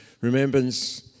Remembrance